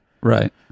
Right